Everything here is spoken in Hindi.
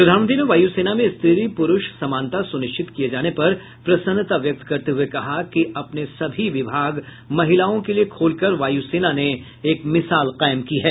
प्रधानमंत्री ने वायु सेना में स्त्री प्ररुष समानता सुनिश्चित किये जाने पर प्रसन्नता व्यक्त करते हुए कहा कि अपने सभी विभाग महिलाओं के लिए खोल कर वायु सेना ने एक मिसाल कायम की है